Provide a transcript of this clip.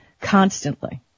constantly